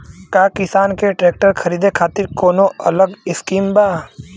का किसान के ट्रैक्टर खरीदे खातिर कौनो अलग स्किम बा?